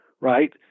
right